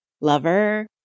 lover